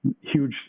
huge